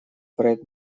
проект